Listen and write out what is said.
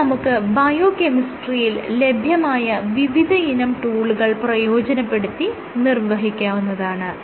ഇത് നമുക്ക് ബയോകെമിസ്ട്രിയിൽ ലഭ്യമായ വിവിധയിനം ടൂളുകൾ പ്രയോജനപ്പെടുത്തി നിർവ്വഹിക്കാവുന്നതാണ്